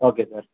okay sir